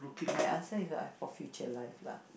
my answer is what ah for future life lah